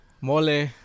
Mole